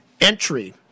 entry